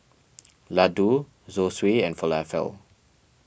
Ladoo Zosui and Falafel